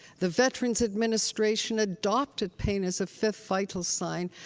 the veterans administration adopted pain as a fifth vital sign.